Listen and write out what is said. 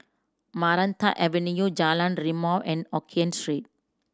Maranta Avenue Jalan Rimau and Hokien Street